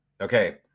Okay